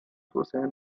توسعه